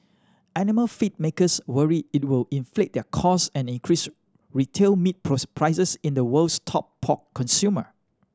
animal feed makers worry it will inflate their cost and increase retail meat pros prices in the world's top pork consumer